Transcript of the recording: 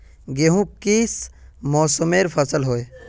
गेहूँ किस मौसमेर फसल होय?